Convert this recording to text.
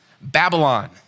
Babylon